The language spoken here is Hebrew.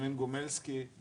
אני